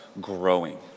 growing